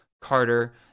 carter